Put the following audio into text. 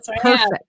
Perfect